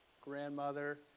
grandmother